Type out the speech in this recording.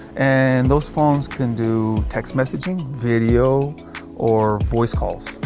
and those phones can do text messaging, video or voice calls.